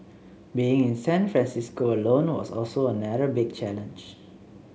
being in San Francisco alone was also another big challenge